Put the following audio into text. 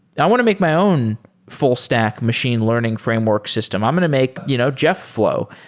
i want to make my own full stack machine learning framework system. i'm going to make you know jeffflow.